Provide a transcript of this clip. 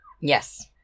Yes